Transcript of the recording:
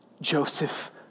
Joseph